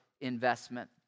investment